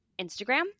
Instagram